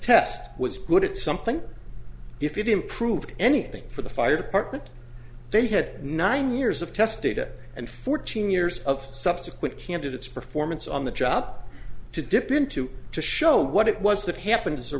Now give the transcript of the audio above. test was good at something if it improved anything for the fire department they had nine years of test data and fourteen years of subsequent candidates performance on the job to dip into to show what it was that happened as a